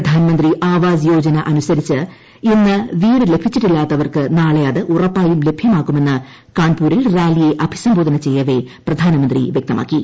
പ്രധാനമന്ത്രി ആവാസ് യോജന അനുസരിച്ച് ഇന്ന് വീട് ലഭിച്ചിട്ടില്ലാത്തവർക്ക് നാളെ അത് ഉറപ്പായും ലഭ്യമാക്കുമെന്ന് കാൺപൂരിൽ റാലിയെ അഭിസംബോധന ചെയ്യവേ പ്രധാനമന്ത്രി വ്യക്തമാക്കി